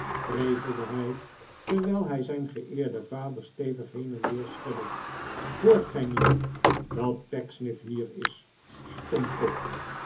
prevelde hij terwijl hij zijn geeerden vader stevig heen en weer schudde hoort gij niet dat pecksniff hier is stomkop